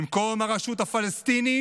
במקום הרשות הפלסטינית,